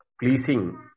pleasing